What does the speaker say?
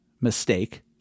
mistake